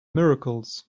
miracles